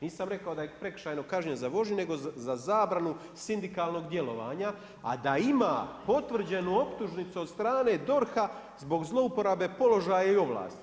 Nisam rekao da je prekršajno kažnjen za vožnju, nego za zabranu sindikalnog djelovanja, a da ima potvrđenu optužnicu od strane DORH-a zbog zlouporabe položaja i ovlasti.